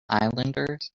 islanders